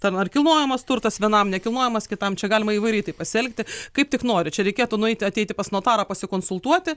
ten ar kilnojamas turtas vienam nekilnojamas kitam čia galima įvairiai taip pasielgti kaip tik nori čia reikėtų nueiti ateiti pas notarą pasikonsultuoti